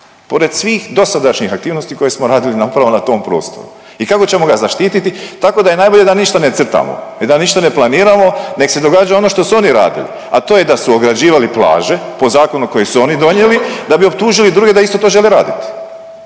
pored svih dosadašnjih aktivnosti koje smo radili upravo na tom prostoru i kako ćemo ga zaštititi? Tako da je najbolje da ništa ne crtamo i da ništa ne planiramo, nek se događa ono što su oni radili, a to je da su ograđivali plaže po zakonu koji su oni donijeli da bi optužili druge da isto to žele raditi